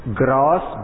grass